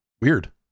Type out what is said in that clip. weird